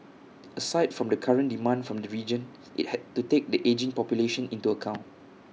aside from the current demand from the region IT had to take the ageing population into account